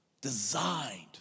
designed